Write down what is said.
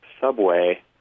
subway